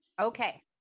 okay